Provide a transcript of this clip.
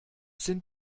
sind